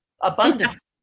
abundance